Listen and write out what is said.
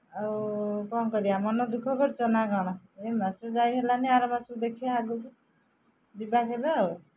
ଆଉ କ'ଣ କରିବା ମନ ଦୁଃଖ କରିଛ ନା କ'ଣ ଏଇ ମାସେ ଯାଇ ହେଲାନି ଆର ମାସକୁ ଦେଖିିବା ଆଗକୁ ଯିବା କେବେ ଆଉ